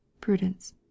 Prudence